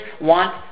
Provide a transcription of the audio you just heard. want